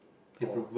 oh